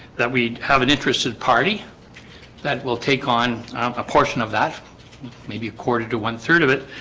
that we have an interested party that will take on a portion of that may be accorded to one third of it.